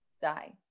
die